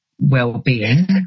well-being